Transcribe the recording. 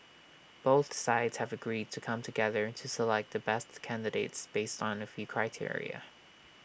both sides have agreed to come together to select the best candidates based on A few criteria